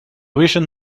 vision